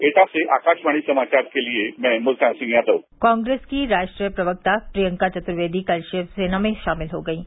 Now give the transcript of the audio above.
एटा सेआकाशवाणी समाचार के लिए मुलतान सिंह यादव कांग्रेस की राष्ट्रीय प्रवक्ता प्रियंका चतुर्वेदी कल शिवसेना में शामिल हो गयी हैं